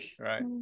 right